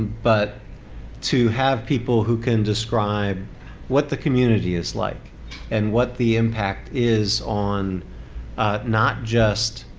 but to have people who can describe what the community is like and what the impact is on not just